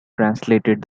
translated